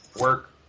work